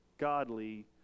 Godly